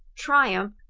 triumph!